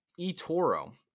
eToro